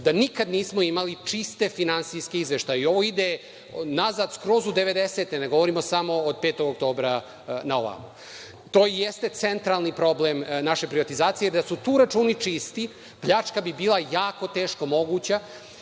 da nikad nismo imali čiste finansijske izveštaje. Ovo ide nazad skroz u devedesete, ne govorim samo od 5. oktobra, na ovamo. To je centralni problem naše privatizacije. Da su tu računi čisti pljačka bi bila jako teško moguća